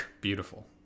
Beautiful